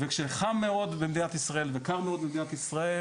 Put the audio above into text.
כשחם מאוד וקר מאוד במדינת ישראל